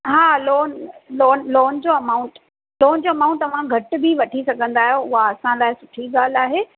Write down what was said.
हा loan loan loan जो amount loan जो अमाउंट तव्हां घटि बि वठी सघंदा आहियो उहा असां लाइ सुठी ॻाल्हि आहे